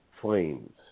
flames